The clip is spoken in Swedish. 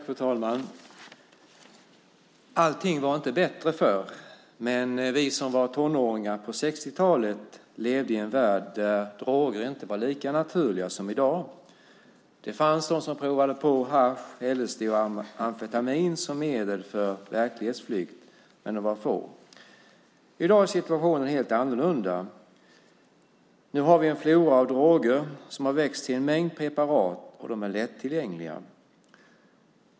Fru talman! Allting var inte bättre förr. Men vi som var tonåringar på 60-talet levde i en värld där droger inte var lika naturliga som i dag. Det fanns de som provade på hasch, LSD och amfetamin som medel för verklighetsflykt, men de var få. I dag är situationen helt annorlunda. Nu har vi en flora av droger som har växt till en mängd preparat, och de är lättillgängliga.